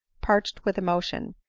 parched with emotion,